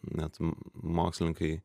net mokslininkai